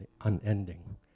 unending